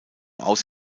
aus